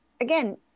again